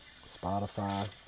spotify